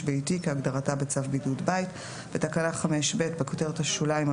ביתי" כהגדרתה בצו בידוד בית"; (2) בתקנה 5ב - (א) בכותרת השוליים,